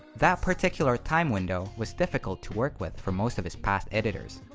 that particular time window was difficult to work with for most of his past editors.